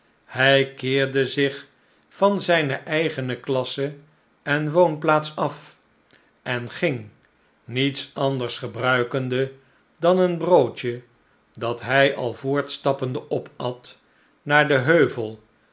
hi keerde zich van zijne eigene masse en woonplaats af en ging niets anders gebruikende dan een broodje dat hi al voortstappende opat naar den heuvel